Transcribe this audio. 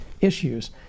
issues